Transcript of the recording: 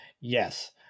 Yes